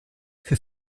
für